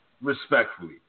respectfully